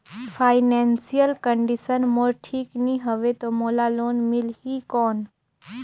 Financial condition मोर ठीक नी हवे तो मोला लोन मिल ही कौन??